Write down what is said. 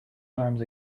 arms